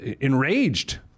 enraged